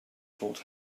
told